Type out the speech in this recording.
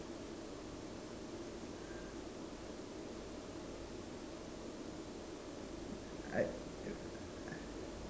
I